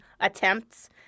attempts